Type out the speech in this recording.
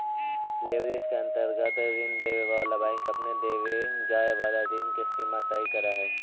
leverage के अंतर्गत ऋण देवे वाला बैंक अपन देवे जाए वाला ऋण के सीमा तय करऽ हई